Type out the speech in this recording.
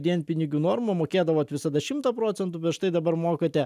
dienpinigių normą mokėdavot visada šimtą procentų bet štai dabar mokate